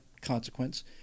consequence